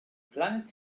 planet